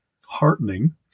heartening